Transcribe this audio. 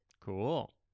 cool